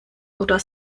oder